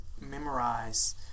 memorize